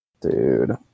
Dude